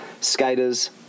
skaters